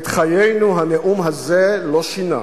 את חיינו הנאום הזה לא שינה.